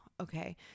okay